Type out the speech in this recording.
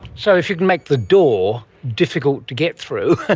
so if you can make the door difficult to get through,